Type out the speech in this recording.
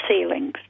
ceilings